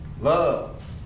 love